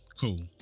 Cool